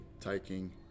taking